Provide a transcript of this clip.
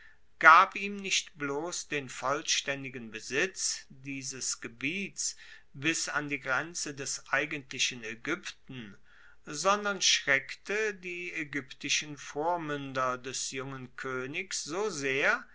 gab ihm nicht bloss den vollstaendigen besitz dieses gebiets bis an die grenze des eigentlichen aegypten sondern schreckte die aegyptischen vormuender des jungen koenigs so sehr